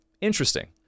Interesting